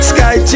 Sky